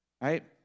right